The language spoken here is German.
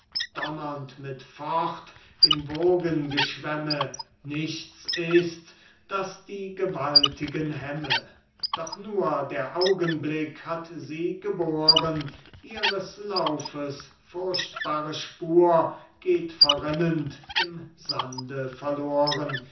mit fort im wogengeschwemme nichts ist das die gewaltigen hemme doch nur der augenblick hat sie geboren ihres laufes furchtbare spur geht verrinnend im sande verloren